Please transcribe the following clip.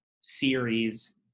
Series